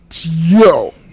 yo